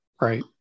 Right